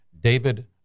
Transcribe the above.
David